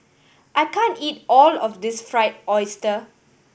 I can't eat all of this Fried Oyster